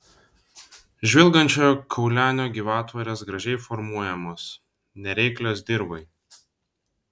žvilgančiojo kaulenio gyvatvorės gražiai formuojamos nereiklios dirvai